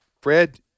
Fred